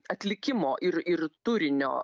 atlikimo ir ir turinio